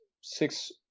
six